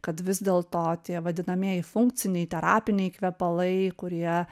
kad vis dėlto tie vadinamieji funkciniai terapiniai kvepalai kurie